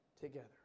together